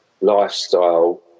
lifestyle